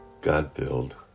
God-filled